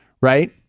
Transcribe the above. right